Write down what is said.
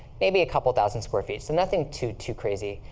maybe a couple thousand square feet, so nothing too too crazy.